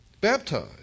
baptized